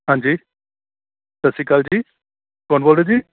ਹਾਂਜੀ ਸਤਿ ਸ਼੍ਰੀ ਅਕਾਲ ਜੀ ਕੌਣ ਬੋਲ ਰਹੇ ਜੀ